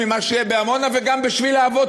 ממה שיהיה בעמונה וגם בדרך-האבות,